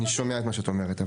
אני שומע את מה שאת אומרת.